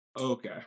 Okay